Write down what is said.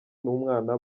n’umwana